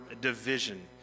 division